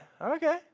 Okay